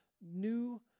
new